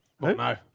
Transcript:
No